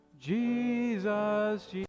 jesus